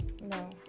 No